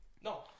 No